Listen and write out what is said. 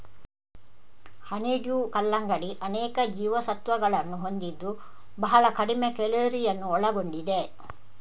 honeydew ಕಲ್ಲಂಗಡಿ ಅನೇಕ ಜೀವಸತ್ವಗಳನ್ನು ಹೊಂದಿದ್ದು ಬಹಳ ಕಡಿಮೆ ಕ್ಯಾಲೋರಿಯನ್ನು ಒಳಗೊಂಡಿದೆ